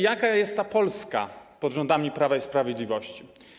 Jaka jest ta Polska pod rządami Prawa i Sprawiedliwości?